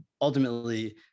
ultimately